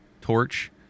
torch